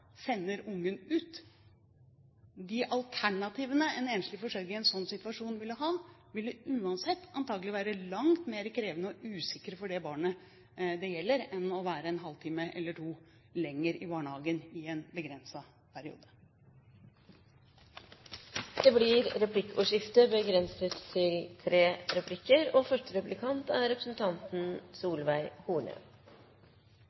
Sender ungen ut? De alternativene en enslig forsørger i en sånn situasjon ville ha, ville antagelig være langt mer krevende og usikre for det barnet det gjelder enn det å være en halvtime eller to lenger i barnehagen i en begrenset periode. Det blir replikkordskifte. Situasjonen i dag er jo den at det er